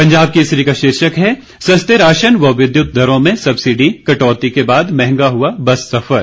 पंजाब केसरी का शीर्षक है सस्ते राशन व विद्यत दरों में सब्सिडी कटौती के बाद महंगा हआ बस सफर